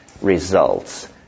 results